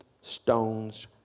stones